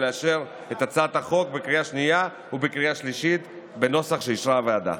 ולאשר את הצעת החוק בקריאה השנייה ובקריאה השלישית בנוסח שאישרה הוועדה.